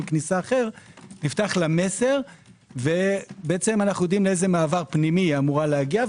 כניסה אחר נפתח לה מסר ואנו יודעים מאיזה מעבר פנימי אמורה להגיע,